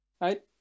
Right